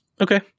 Okay